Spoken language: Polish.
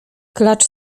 klacz